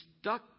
stuck